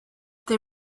they